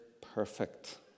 perfect